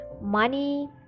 money